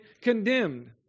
condemned